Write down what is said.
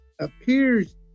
appears